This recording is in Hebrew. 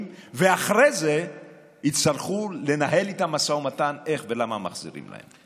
ואחרי זה יצטרכו לנהל איתם משא ומתן איך ולמה מחזירים להם?